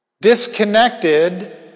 disconnected